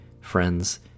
friends